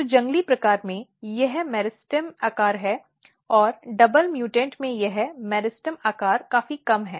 तो जंगली प्रकार में यह मेरिस्टेम आकार है और डबल म्यूटेंट में यह मेरिस्टेम आकार काफी कम है